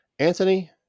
Anthony